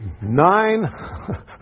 Nine